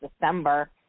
December